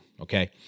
okay